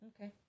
okay